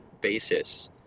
basis